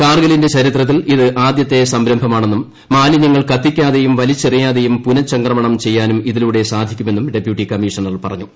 കാർഗിലിന്റെ ചരിത്രത്തിൽ ഇത് ആദ്യത്തെ സംരംഭമാണെന്നും മാലിനൃദ്ങൾ കത്തിക്കാതെയും വലിച്ചെറിയാതെയും പുനചംക്രമണ്ണ് പ്പെയ്യാനും ഇതിലൂടെ സാധിക്കുമെന്നും ഡെപ്യൂട്ടി കൂമ്മീഷ്ണർ പറഞ്ഞു